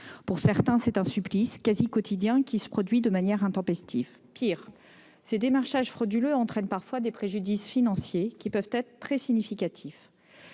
Pour certains, c'est un supplice quasi quotidien qui se produit de manière intempestive. Pis, ces démarchages frauduleux entraînent parfois des préjudices financiers qui peuvent être très significatifs.